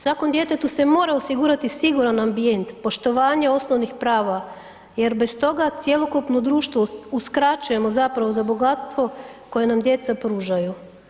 Svakom djetetu se mora osigurati siguran ambijent, poštovanje osnovnih prava jer bez toga cjelokupno društvo uskraćujemo zapravo za bogatstvo koja nam djeca pružaju.